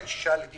בין שישה לתשעה.